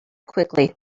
quickly